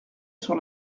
sur